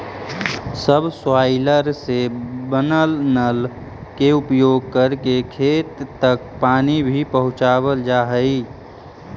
subsoiler से बनल नाल के उपयोग करके खेत तक पानी भी पहुँचावल जा हई